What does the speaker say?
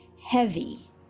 heavy